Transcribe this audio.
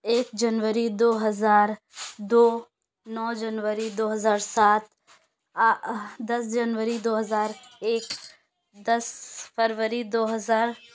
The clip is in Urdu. ایک جنوری دو ہزار دو نو جنوری دو ہزار سات دس جنوری دو ہزار ایک دس فروری دو ہزار